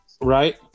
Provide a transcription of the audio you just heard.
Right